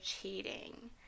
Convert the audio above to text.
cheating